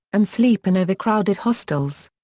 and sleep in over-crowded hostels.